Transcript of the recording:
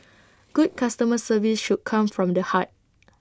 good customer service should come from the heart